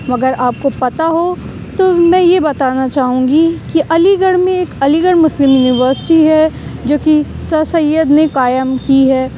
مگر آپ کو پتا ہو تو میں یہ بتانا چاہوں گی کہ علی گڑھ میں ایک علی گڑھ مسلم یونیورسٹی ہے جو کہ سر سید نے قائم کی ہے